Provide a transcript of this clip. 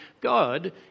God